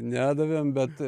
nedavėm bet